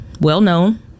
well-known